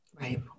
right